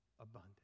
abundant